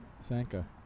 Sanka